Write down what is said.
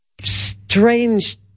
strange